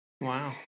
Wow